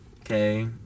okay